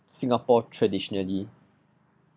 singapore traditionally